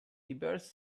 diverse